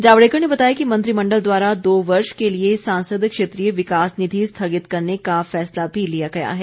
जावड़ेकर ने बताया कि मंत्रिमंडल द्वारा दो वर्ष के लिए सांसद क्षेत्रीय विकास निधि स्थगित करने का फैसला भी लिया गया है